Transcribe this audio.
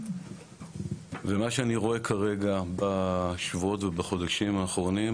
ומה שאני רואה כרגע בשבועות ובחודשים האחרונים,